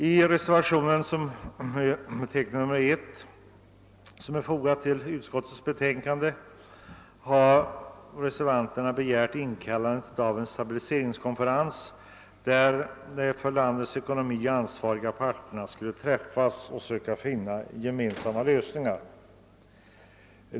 I reservationen 1 begärs inkallande av en stabiliseringskonferens där de för landets ekonomi ansvariga parterna skulle träffas och söka finna gemensamma lösningar.